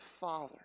Father